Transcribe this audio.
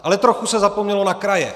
Ale trochu se zapomnělo na kraje.